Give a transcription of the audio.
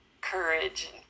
courage